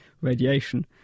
radiation